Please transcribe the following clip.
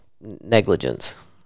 negligence